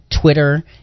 twitter